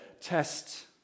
test